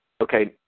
okay